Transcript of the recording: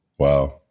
Wow